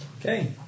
Okay